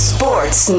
Sports